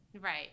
Right